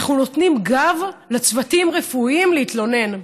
אנחנו נותנים גב לצוותים רפואיים להתלונן.